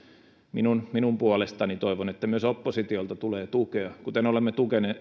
minun minun puolestani toivon että myös oppositiolta tulee tukea kuten olemme